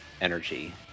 energy